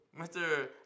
Mr